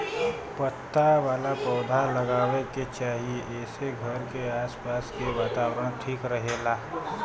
पत्ता वाला पौधा लगावे के चाही एसे घर के आस पास के वातावरण ठीक रहेला